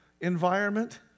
environment